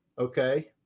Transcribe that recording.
okay